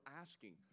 asking